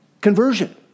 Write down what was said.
conversion